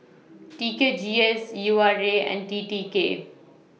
T K G S U R A and T T K